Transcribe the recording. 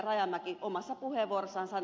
rajamäki omassa puheenvuorossaan sanoi